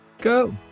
go